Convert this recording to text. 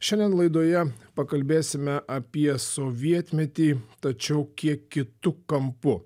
šiandien laidoje pakalbėsime apie sovietmetį tačiau kiek kitu kampu